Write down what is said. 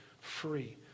free